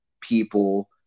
people